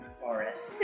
forest